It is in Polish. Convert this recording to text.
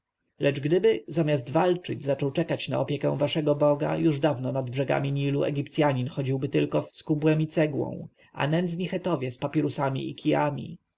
lecz gdyby zamiast walczyć zaczął czekać na opiekę waszego boga już dawno nad brzegami nilu egipcjanin chodziłby tylko z kubłem i cegłą a nędzni chetowie z papirusami i